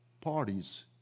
parties